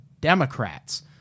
Democrats